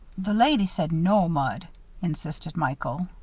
the lady said no mud insisted michael.